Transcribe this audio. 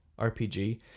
RPG